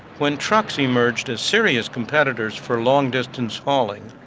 when trucks emerged as serious competitors for long distance hauling,